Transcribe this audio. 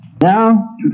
Now